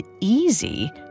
easy